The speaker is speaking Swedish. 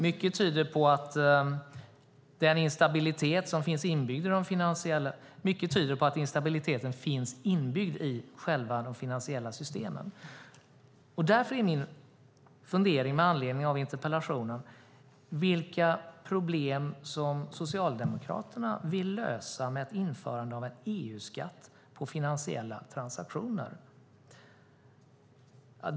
Mycket tyder på att instabiliteten finns inbyggd i själva de finansiella systemen. Därför är min fundering med anledning av interpellationen vilka problem som Socialdemokraterna vill lösa genom ett införande av en EU-skatt på finansiella transaktioner.